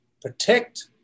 protect